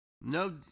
No